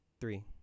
three